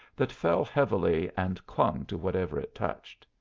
that fell heavily and clung to whatever it touched.